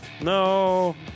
No